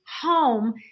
home